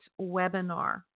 webinar